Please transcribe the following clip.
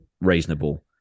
reasonable